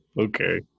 Okay